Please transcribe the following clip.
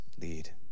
lead